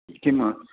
किम्